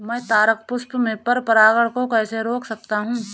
मैं तारक पुष्प में पर परागण को कैसे रोक सकता हूँ?